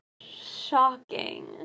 Shocking